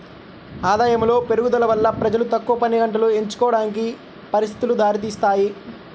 ఆదాయములో పెరుగుదల వల్ల ప్రజలు తక్కువ పనిగంటలు ఎంచుకోవడానికి పరిస్థితులు దారితీస్తాయి